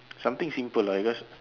something simple lah because